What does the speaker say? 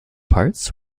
parts